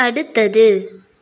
அடுத்தது